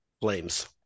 flames